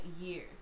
years